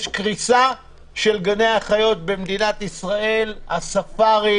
יש קריסה של גני החיות במדינת ישראל, הספארי